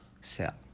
sell